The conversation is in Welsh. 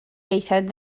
ieithoedd